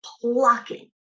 plucking